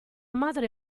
madre